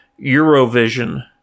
Eurovision